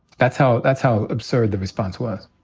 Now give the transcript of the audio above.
that's how that's how absurd the response was.